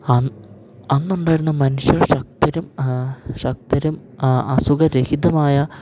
അന്നുണ്ടായിരുന്നു മനുഷ്യർ ശക്തരും ശക്തരും അസുഖരഹിതമായ